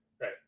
right